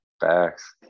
Facts